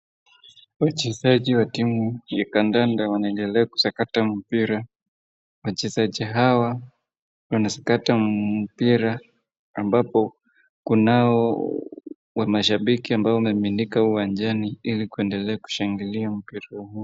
Wachezaji wa timu ya kandanda wanaendelea kusakata mpira. Wachezaji hawa wanasakata mpira ambapo kunao mashabiki ambao wamemiminika uwanjani ili kuendelea kushangilia mpira huo.